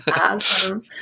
Awesome